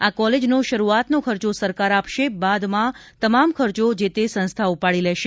આ કોલેજનો શરૂઆતનો ખર્ચો સરકાર આપશે બાદમાં તમામ ખર્ચો જે તે સંસ્થા ઉપાડી લેશે